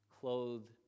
clothed